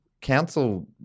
council